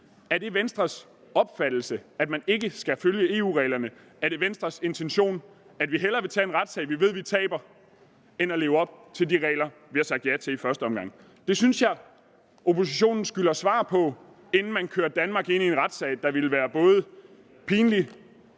Er det Venstres opfattelse, at man ikke skal følge EU-reglerne? Er det Venstres intention, at man hellere vil tage en retssag, man ved man taber, end at leve op til de regler, vi har sagt ja til i første omgang? Det synes jeg oppositionen skylder et svar på, inden man kører Danmark ud i en retssag, der vil være både pinlig